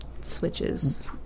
switches